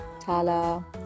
Tala